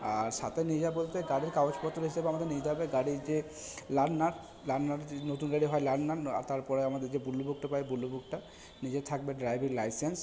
আর সাথে নিয়ে যাওয়া বলতে গাড়ির কাগজপত্র হিসেবে আমাকে নিয়ে যেতে হবে গাড়ি যে লার্নার লার্নার যে নতুন গাড়িটায় হয় লার্নার আর তারপরে আমাদের যে ব্লু বুকটা পাই ব্লু বুকটা নিজের থাকবে ড্রাইভিং লাইসেন্স